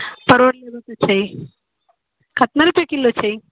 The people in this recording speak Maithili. परोर सए रुपए छै केतना रुपए किलो छै